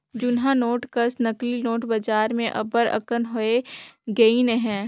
जुनहा नोट कस नकली नोट बजार में अब्बड़ अकन होए गइन अहें